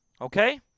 Okay